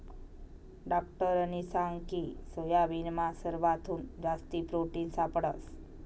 डाक्टरनी सांगकी सोयाबीनमा सरवाथून जास्ती प्रोटिन सापडंस